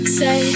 say